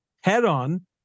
head-on